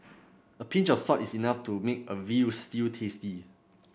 a pinch of salt is enough to make a veal stew tasty